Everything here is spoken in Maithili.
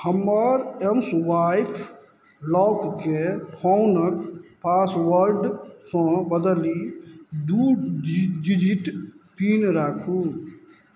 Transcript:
हमर एमस्वाइफ लॉकके फोनक पासवर्डसँ बदलि दू डिजिट पिन राखू